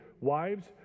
wives